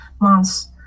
months